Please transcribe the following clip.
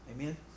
Amen